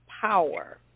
power